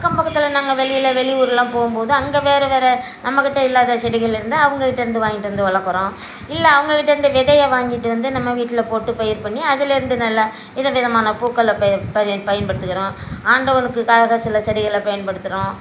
அக்கம்பக்கத்தில் நாங்கள் வெளியில் வெளி ஊரெலாம் போகும்போது அங்கே வேறே வேறே நம்மகிட்ட இல்லாத செடிகள்லேருந்து அவங்ககிட்டேருந்து வாங்கிட்டு வந்து வளர்க்குறோம் இல்லை அவங்ககிட்டேருந்து விதையை வாங்கிட்டு வந்து நம்ம வீட்டில் போட்டு பயிர் பண்ணி அதுலேருந்து நல்லா விதவிதமான பூக்களை பயன்படுத்துகிறோம் ஆண்டவனுக்காக சில செடிகள பயன்படுத்துகிறோம்